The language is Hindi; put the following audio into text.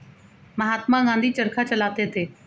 महात्मा गांधी चरखा चलाते थे